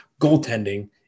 goaltending